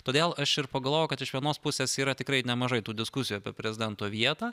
todėl aš ir pagalvojau kad iš vienos pusės yra tikrai nemažai tų diskusijų apie prezidento vietą